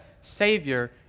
Savior